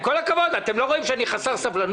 עם כל הכבוד, אתם לא רואים שאני חסר סבלנות?